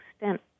extent